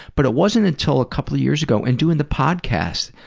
but it wasn't until a couple years ago, and doing the podcast,